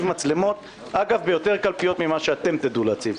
מצלמות ביותר קלפיות ממה שאתם תדעו להציב.